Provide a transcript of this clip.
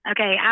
Okay